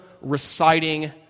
reciting